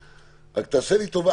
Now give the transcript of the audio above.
רק תעשה לי טובה,